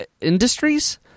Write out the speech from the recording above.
Industries